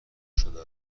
شده